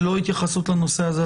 ללא התייחסות לנושא הזה,